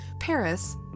Paris